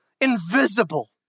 invisible